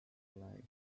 light